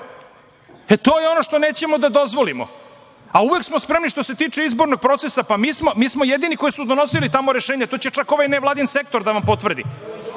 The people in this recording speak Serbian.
E, to je ono što nećemo da dozvolimo. A uvek smo spremni, što se tiče izbornog procesa. Pa, mi smo jedini koji su donosili tamo rešenja, to će čak i ovaj nevladin sektor da vam potvrdi.